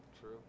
true